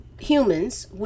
humans